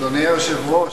אדוני היושב-ראש,